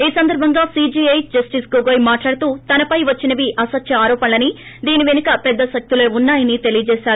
ఈ సందర్బంగా CJI justice Gogoi మాట్లాడుతూ తనపై వచ్చినవి అసత్వ ఆరోపణలని దీని పెనుక పెద్ద శక్తులే ఉన్నా యని తెలియజేశారు